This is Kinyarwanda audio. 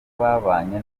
babanye